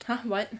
!huh! what